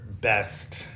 best